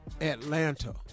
Atlanta